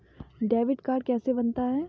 Debit card कैसे बनता है?